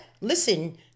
listen